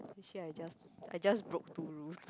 actually I just I just broke two rules